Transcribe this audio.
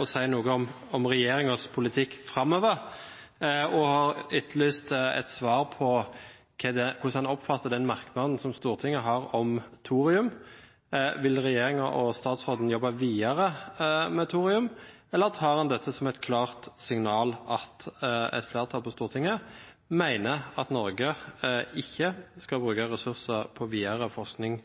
å si noe om regjeringens politikk framover, og har etterlyst et svar på hvordan han oppfatter den merknaden som stortingsflertallet har om thorium. Vil regjeringen og statsråden jobbe videre med thorium, eller tar han dette som et klart signal om at et flertall på Stortinget mener at Norge ikke skal bruke ressurser på videre forskning